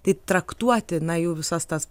tai traktuoti na jų visas tas